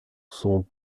sont